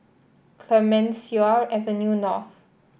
Clemenceau Avenue North